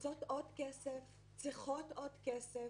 הן רוצות עוד כסף, צריכות עוד כסף,